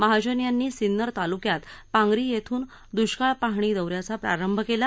महाजन यांनी सिन्नर तालुक्यात पांगरी येथून द्ष्काळ पाहणी दौऱ्याचा प्रारंभ केला